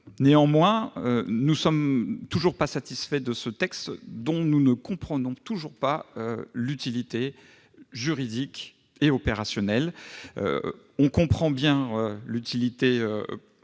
Néanmoins, nous ne sommes toujours pas satisfaits de ce texte, dont nous ne comprenons toujours pas l'utilité juridique et opérationnelle. On en comprend bien l'utilité politique,